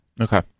Okay